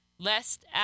Lest